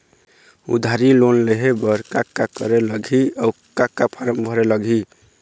उधारी लोन लेहे बर का का करे लगही अऊ का का फार्म भरे लगही?